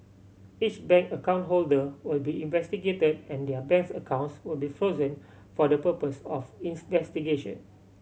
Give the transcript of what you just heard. each bank account holder will be investigate and their banks accounts will be frozen for the purpose of